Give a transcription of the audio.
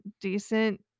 decent